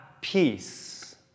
peace